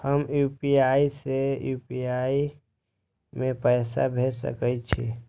हम यू.पी.आई से यू.पी.आई में पैसा भेज सके छिये?